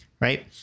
right